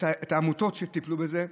איחדתם את העמותות שטיפלו בזה,